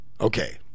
Okay